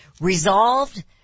Resolved